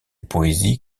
poésie